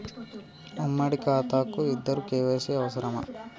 ఉమ్మడి ఖాతా కు ఇద్దరు కే.వై.సీ అవసరమా?